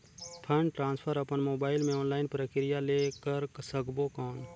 Fund transfer अपन mobile मे online प्रक्रिया ले कर सकबो कौन?